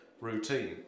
routine